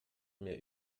mehr